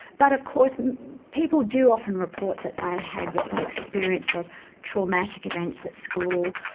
but of course people do often report that they had what they experienced as traumatic events at school,